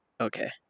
Okay